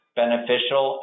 beneficial